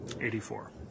eighty-four